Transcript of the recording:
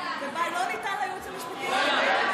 ועדה שבה לא ניתן לייעוץ המשפטי לדבר,